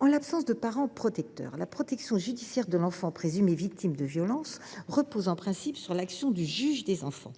En l’absence d’un parent protecteur, la protection judiciaire de l’enfant présumé victime de violences repose en principe sur l’action du juge des enfants.